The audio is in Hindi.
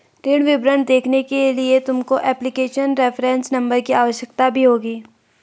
ऋण विवरण देखने के लिए तुमको एप्लीकेशन रेफरेंस नंबर की आवश्यकता भी होगी